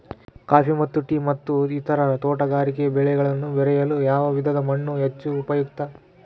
Coffee ಮತ್ತು tea ಮತ್ತು ಇತರ ತೋಟಗಾರಿಕೆ ಬೆಳೆಗಳನ್ನು ಬೆಳೆಯಲು ಯಾವ ವಿಧದ ಮಣ್ಣು ಹೆಚ್ಚು ಉಪಯುಕ್ತ?